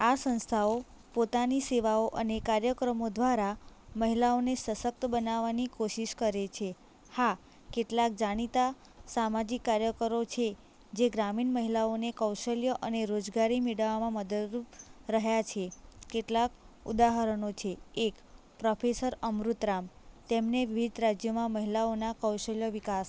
આ સંસ્થાઓ પોતાની સેવાઓ અને કાર્યક્રમો દ્વારા મહિલાઓને સશક્ત બનાવાની કોશિશ કરે છે હા કેટલાક જાણીતા સામાજિક કાર્યકરો છે જે ગ્રામીણ મહિલાઓને કૌશલ્ય અને રોજગારી મેળવવામાં મદદરૂપ રહ્યા છે કેટલાક ઉદાહરણો છે એક પ્રોફેસર અમૃત રામ તેમને વિવિધ રાજ્યમાં મહિલાઓના કૌશલ્ય વિકાસ